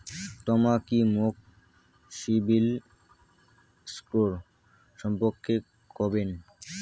তমা কি মোক সিবিল স্কোর সম্পর্কে কবেন?